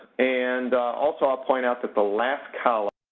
and also, i'll point out that the last column